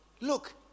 Look